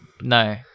No